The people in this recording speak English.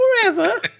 forever